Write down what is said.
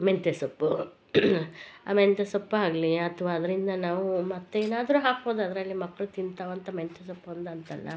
ಮೆಂತೆಸೊಪ್ಪು ಆ ಮೆಂತೆಸೊಪ್ಪು ಆಗಲಿ ಅಥವಾ ಅದರಿಂದ ನಾವು ಮತ್ತೆ ಏನಾದ್ರು ಹಾಕ್ಬೋದು ಅದರಲ್ಲಿ ಮಕ್ಕಳು ತಿಂತಾವಂಥ ಮೆಂತೆ ಸೊಪ್ಪು ಒಂದು ಅಂತಲ್ಲ